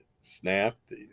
snapped